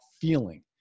feeling